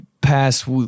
past